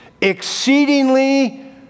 exceedingly